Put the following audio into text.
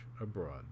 abroad